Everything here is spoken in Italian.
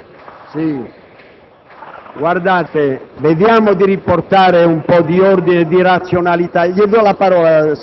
Se mi chiedete di condividere un documento che sia amputato dell'approvazione delle scelte del